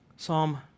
Psalm